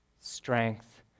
strength